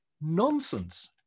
nonsense